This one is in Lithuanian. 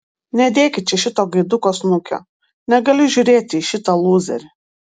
nedėkit čia šito gaiduko snukio negaliu žiūrėti į šitą lūzerį